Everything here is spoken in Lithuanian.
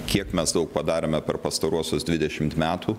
kiek mes daug padarėme per pastaruosius dvidešimt metų